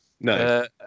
no